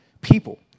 people